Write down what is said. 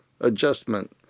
adjustment